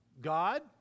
God